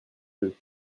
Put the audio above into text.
deux